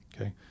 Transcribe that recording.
Okay